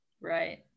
Right